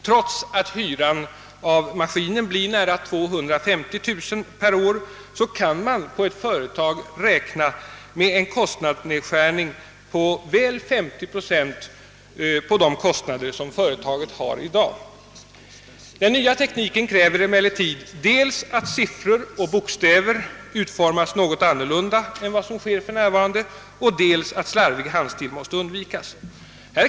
Trots att hyran av maskinen blir nära 250 000 kronor per år kan man på ett företag räkna med en kostnadsnedskärning på väl 50 procent av de kostnader som företaget har i dag. Den nya tekniken kräver emellertid dels att siffror och bokstäver utformas något annorlunda än för närvarande, dels att slarvig handstil undviks.